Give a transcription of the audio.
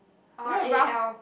you know Ralph